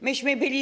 Myśmy byli.